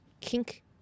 kink